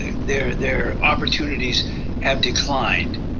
their their opportunities have declined.